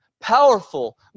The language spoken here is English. Powerful